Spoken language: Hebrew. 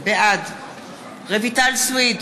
בעד רויטל סויד,